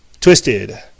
Twisted